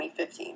2015